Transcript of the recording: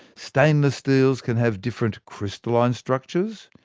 stainless steels can have different crystalline structures,